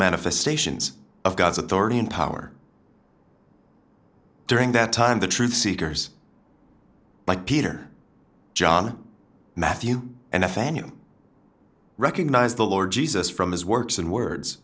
manifestations of god's authority and power during that time the truth seekers like peter john matthew and a fan you recognize the lord jesus from his works in words